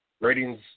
Ratings